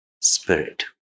spirit